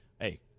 Hey